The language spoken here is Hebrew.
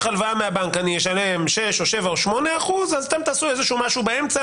הלוואה מהבנק אני אשלם 8-6%. אז אתם תעשו איזשהו משהו באמצע,